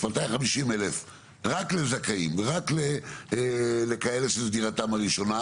250,000 רק לזכאים ורק לכאלה שזו דירתם הראשונה